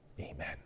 Amen